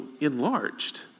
enlarged